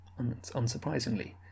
unsurprisingly